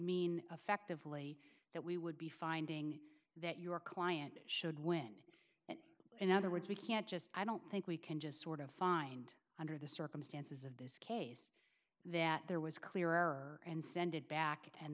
mean effectively that we would be finding that your client should win and in other words we can't just i don't think we can just sort of find under the circumstances of this case that there was clear error and send it back and